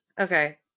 Okay